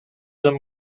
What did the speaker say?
them